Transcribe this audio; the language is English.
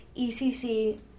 ECC